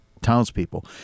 townspeople